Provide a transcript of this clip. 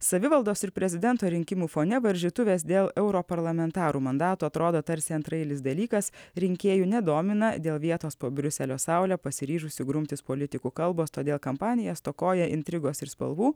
savivaldos ir prezidento rinkimų fone varžytuvės dėl europarlamentarų mandatų atrodo tarsi antraeilis dalykas rinkėjų nedomina dėl vietos po briuselio saule pasiryžusių grumtis politikų kalbos todėl kampanija stokoja intrigos ir spalvų